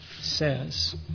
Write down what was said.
says